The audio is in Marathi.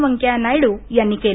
वेंकेय्या नायडू यांनी केल